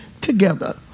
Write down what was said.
together